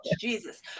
Jesus